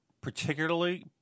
particularly